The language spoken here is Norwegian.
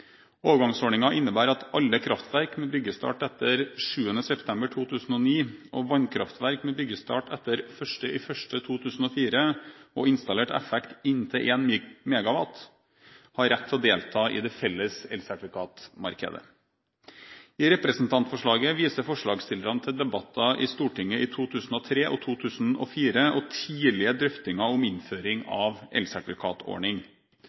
innebærer at alle kraftverk med byggestart etter 7. september 2009, og vannkraftverk med byggestart etter 1. januar 2004 og installert effekt inntil 1 MW, har rett til å delta i det felles elsertifikatmarkedet. I representantforslaget viser forslagsstillerne til debatter i Stortinget i 2003 og 2004 og tidlige drøftinger om innføring